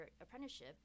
apprenticeship